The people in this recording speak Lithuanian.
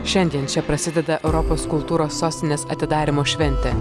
šiandien čia prasideda europos kultūros sostinės atidarymo šventė